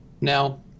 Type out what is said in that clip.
Now